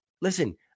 listen